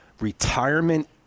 retirement